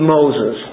Moses